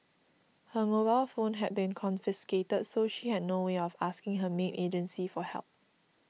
her mobile phone had been confiscated so she had no way of asking her maid agency for help